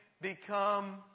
become